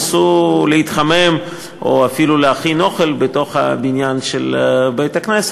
ניסו להתחמם או אפילו להכין אוכל בתוך הבניין של בית-הכנסת,